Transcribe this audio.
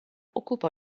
occupò